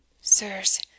Sirs